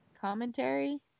Commentary